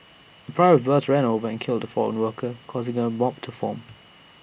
A private bus ran over and killed A foreign worker causing A mob to form